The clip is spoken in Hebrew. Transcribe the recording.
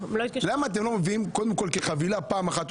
למה אתם לא מביאים כחבילה פעם אחת?